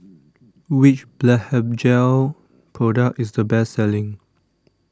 Which Blephagel Product IS The Best Selling